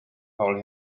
paul